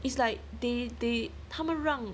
its like they they 他们让